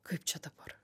kaip čia dabar